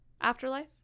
Afterlife